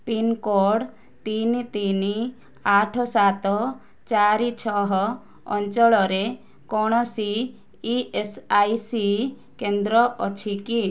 pincode ତିନି ତିନି ଆଠ ସାତ ଚାରି ଛଅ ଅଞ୍ଚଳରେ କୌଣସି ଇଏସ୍ଆଇସି କେନ୍ଦ୍ର ଅଛି କି